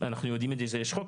יש חוק.